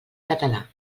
català